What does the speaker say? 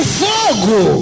fogo